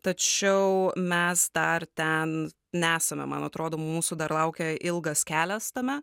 tačiau mes dar ten nesame man atrodo mūsų dar laukia ilgas kelias tame